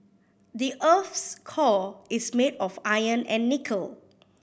the earth's core is made of iron and nickel